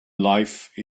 life